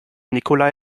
nikolai